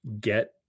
get